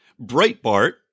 Breitbart